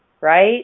right